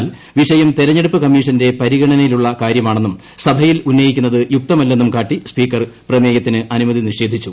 എന്നാൽ വിഷയം തെരഞ്ഞെടുപ്പ് കമ്മീഷന്റെ പരിഗണനയിലുള്ള കാര്യമാണെന്നും സഭയിൽ ഉന്നയിക്കുന്നത് യുക്തമല്ലെന്നും കാട്ടി സ്പീക്കർ പ്രമേയത്തിന് അനുമതി നിഷേധിച്ചു